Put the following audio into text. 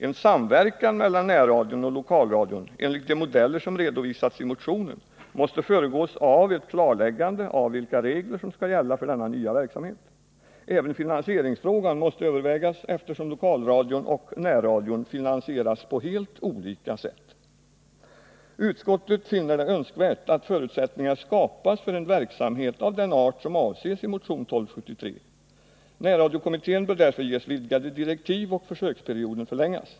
En samverkan mellan närradion och lokalradion enligt de modeller som redovisats i motionen måste föregås av ett klarläggande av vilka regler som skall gälla för denna nya verksamhet. Även finansieringsfrågan måste övervägas, eftersom lokalradion och närradion finansieras på helt olika sätt. Utskottet finner det önskvärt att förutsättningar skapas för en verksamhet av den art som avses i motion 1273. Närradiokommittén bör därför ges vidgade direktiv och försöksperioden förlängas.